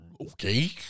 Okay